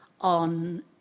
on